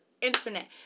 internet